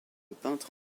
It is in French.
peintre